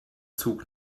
zug